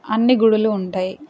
అన్ని గుడులు ఉంటాయి